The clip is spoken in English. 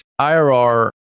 IRR